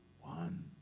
One